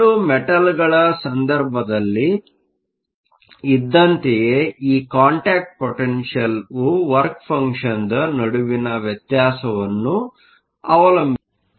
2 ಮೆಟಲ್ಗಳ ಸಂದರ್ಭದಲ್ಲಿ ಇದ್ದಂತಯೇ ಈ ಕಾಂಟಾಕ್ಟ್ ಪೊಟೆನ್ಷಿಯಲ್Contact potential ವರ್ಕ ಫಂಕ್ಷನ್Work functionನ ನಡುವಿನ ವ್ಯತ್ಯಾಸವನ್ನು ಅವಲಂಬಿಸಿರುತ್ತದೆ